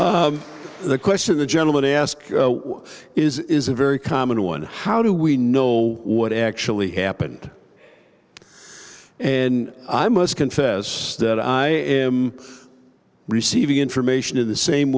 ok the question the gentleman asked what is a very common one how do we know what actually happened and i must confess that i am receiving information in the same